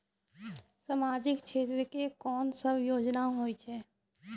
समाजिक क्षेत्र के कोन सब योजना होय छै?